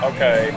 Okay